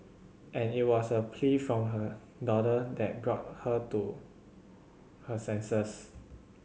and it was a plea from her daughter that brought her to her senses